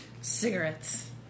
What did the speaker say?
Cigarettes